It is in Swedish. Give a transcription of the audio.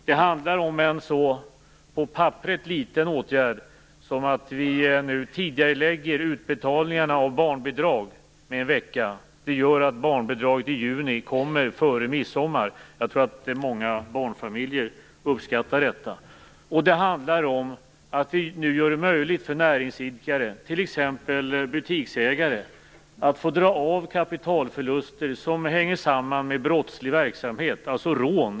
Det handlar om en så på papperet liten åtgärd som att vi nu tidigarelägger utbetalningarna av barnbidrag med en vecka. Det gör att barnbidraget i juni kommer före midsommar. Jag tror att många barnfamiljer uppskattar detta. Det handlar om att vi nu gör det möjligt för näringsidkare, t.ex. butiksägare, att dra av kapitalförluster som hänger samman med brottslig verksamhet, i klartext rån.